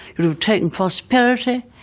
you'll have taken prosperity,